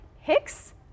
Hicks